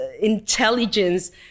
intelligence